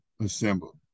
assembled